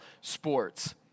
sports